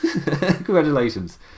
Congratulations